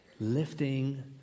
lifting